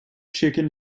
chicken